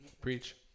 Preach